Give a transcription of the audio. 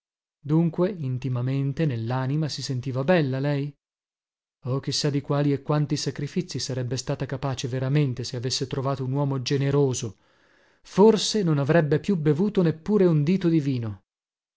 dunque intimamente nellanima si sentiva bella lei oh chi sa di quali e quanti sacrifizii sarebbe stata capace veramente se avesse trovato un uomo generoso forse non avrebbe più bevuto neppure un dito di vino